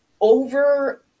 over